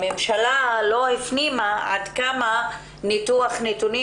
הממשלה לא הפנימה עד כמה ניתוח נתונים